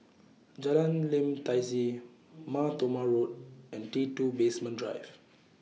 Jalan Lim Tai See Mar Thoma Road and T two Basement Drive